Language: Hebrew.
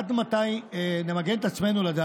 ששאל שאלה נכונה: עד מתי נמגן את עצמנו לדעת?